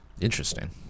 Interesting